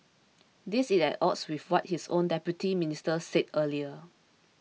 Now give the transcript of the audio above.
this is at odds with what his own Deputy Minister said earlier